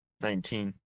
Nineteen